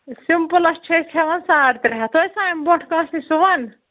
سِمپٕلَس چھِ أسۍ ہٮ۪وان ساڑ ترٛےٚ ہَتھ ٲسۍ سا اَمہِ برٛونٛٹھ کٲنسہِ نِش سُوَان